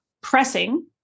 pressing